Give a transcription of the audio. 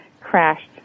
crashed